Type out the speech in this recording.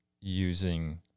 using